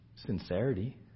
sincerity